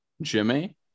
Jimmy